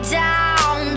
down